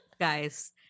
Guys